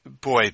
Boy